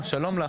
שלום לך.